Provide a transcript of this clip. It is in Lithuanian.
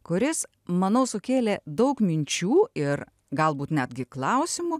kuris manau sukėlė daug minčių ir galbūt netgi klausimų